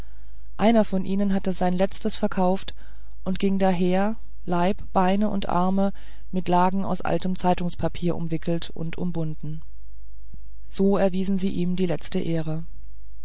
einer von ihnen hatte sein letztes verkauft und ging daher leib beine und arme mit lagen aus altem zeitungspapier umwickelt und umbunden so erwiesen sie ihm die letzte ehre